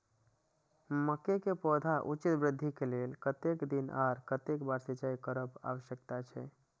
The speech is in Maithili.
मके के पौधा के उचित वृद्धि के लेल कतेक दिन आर कतेक बेर सिंचाई करब आवश्यक छे?